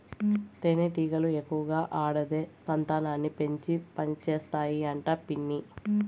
తేనెటీగలు ఎక్కువగా ఆడదే సంతానాన్ని పెంచి పనిచేస్తాయి అంట పిన్ని